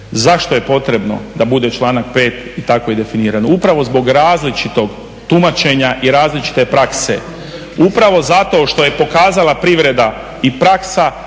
zašto je potrebno da bude članak 5. i tako je definirano? Upravo zbog različitog tumačenja i različite prakse, upravo zato što je pokazala privreda i praksa